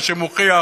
מה שמוכיח